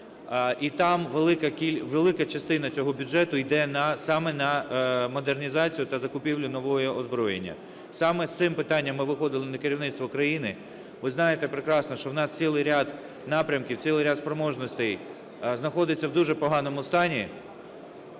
і там велика частина цього бюджету йде саме на модернізацію та закупівлю нового озброєння. Саме з цим питанням ми виходили на керівництво країни. Ви знаєте прекрасно, що в нас цілий ряд напрямків, цілий ряд спроможностей знаходиться в дуже поганому стані.